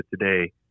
today